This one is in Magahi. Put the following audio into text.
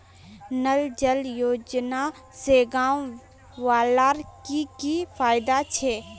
नल जल योजना से गाँव वालार की की फायदा छे?